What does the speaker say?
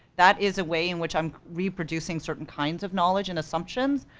that is a way in which i'm reproducing certain kinds of knowledge and assumptions.